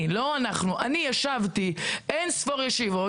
לא אנחנו אני ישבתי אין-ספור ישיבות,